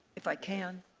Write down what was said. if i can.